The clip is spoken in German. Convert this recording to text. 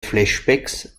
flashbacks